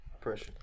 Pressure